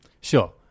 Sure